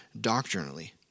doctrinally